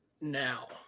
now